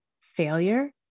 failure